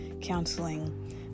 counseling